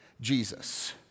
Jesus